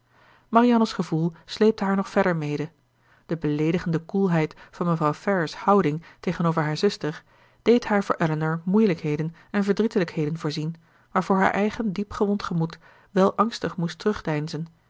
marianne's gevoel sleepte haar nog verder mede de beleedigende koelheid van mevrouw ferrars houding tegenover haar zuster deed haar voor elinor moeilijkheden en verdrietelijkheden voorzien waarvoor haar eigen diepgewond gemoed wel angstig moest terugdeinzen